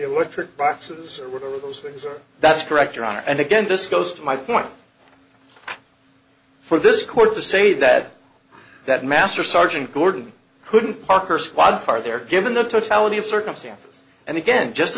were tricked boxes or whatever those things are that's correct your honor and again this goes to my point for this court to say that that master sergeant gordon couldn't park her squad car there given the totality of circumstances and again just